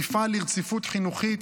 נפעל לרציפות חינוכית,